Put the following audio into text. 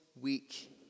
week